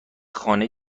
خانه